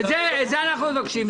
את זה אנחנו מבקשים.